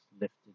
lifted